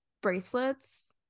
bracelets